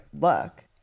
look